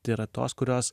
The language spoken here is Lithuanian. tai yra tos kurios